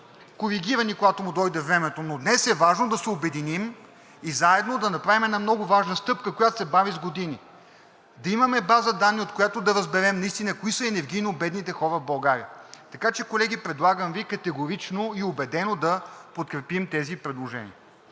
че, колеги, предлагам Ви категорично и убедено да подкрепим тези предложения.